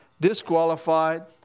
disqualified